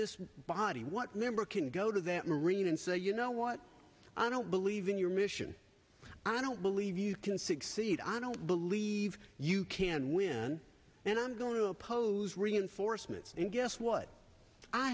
this body what never can go to that marine and say you know what i don't believe in your mission i don't believe you can succeed i don't believe you can win and i'm going to oppose reinforcements and guess what i